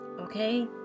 okay